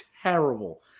Terrible